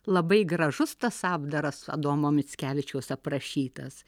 labai gražus tas apdaras adomo mickevičiaus aprašytas